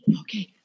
Okay